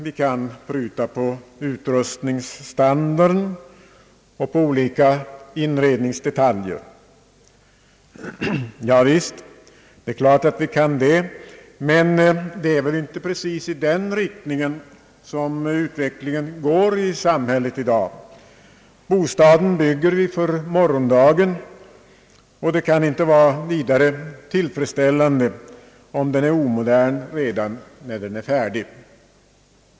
Vi kan pruta på utrustningsstandarden och på olika inredningsdetaljer. Javisst, självfallet kan vi det, men det är inte precis i den riktningen som utvecklingen i samhället går i dag. Bostaden bygger vi för morgondagen, och det kan inte vara tillfredsställande om den är omodern redan när den är färdig.